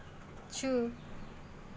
true